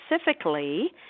specifically